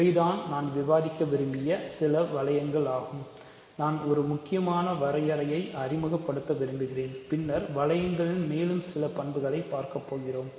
இவை தான் நான் விவாதிக்க விரும்பிய சில வளையங்கள் ஆகும் நான் ஒரு முக்கியமான வரையறையை அறிமுகப்படுத்த விரும்புகிறேன் பின்னர் வளையங்களின் மேலும் சில பண்புகளைப் பார்க்கப் போகிறோம்